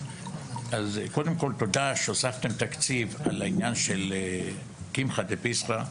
אז קודם כל תודה שהוספתם תקציב על העניין של קמחא דפסחא,